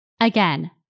Again